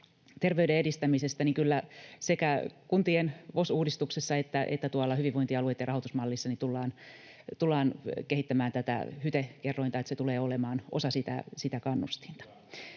terveyden edistämisestä, niin kyllä sekä kuntien VOS-uudistuksessa että tuolla hyvinvointialueiden rahoitusmallissa tullaan kehittämään tätä HYTE-kerrointa. Se tulee olemaan osa sitä kannustinta.